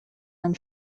ein